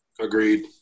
Agreed